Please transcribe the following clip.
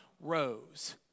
rose